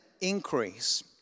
increase